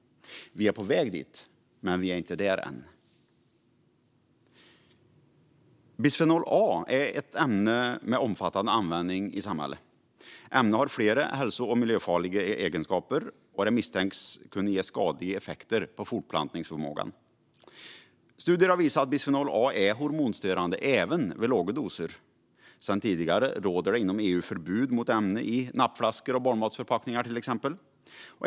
Vi är på väg dit, men vi är inte där än. Bisfenol A är ett ämne med omfattande användning i samhället. Det har flera hälso och miljöfarliga egenskaper och misstänks kunna ge skadliga effekter på fortplantningsförmågan. Studier har visat att bisfenol A är hormonstörande även vid låga doser. Sedan tidigare råder inom EU förbud mot ämnet i till exempel nappflaskor och barnmatsförpackningar.